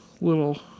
little